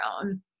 own